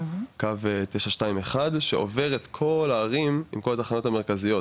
קו 921 שעובר את כל הערים עם כל התחנות המרכזיות